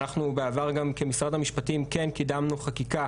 אנחנו בעבר גם כמשרד המשפטים כן קידמנו חקיקה